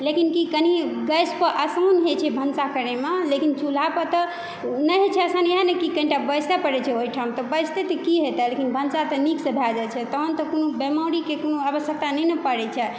लेकिन कि कनि गैस पर आसान होइ छै भनसा करैमे लेकिन चूल्हा पर तऽ नहि होइ छै आसानी कनि टा बैसऽ पड़ै छै ओहि ठाम तऽ बैसतै तऽ की हेतै लेकिन भनसा तऽ नीक से भए जाइ छै तहन तऽ कोनो बेमारीके कोनो आवश्यक्ता नहि ने पड़ै छै